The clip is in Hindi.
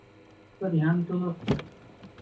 पर ध्यान तो